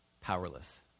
powerless